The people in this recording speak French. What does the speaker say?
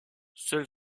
seul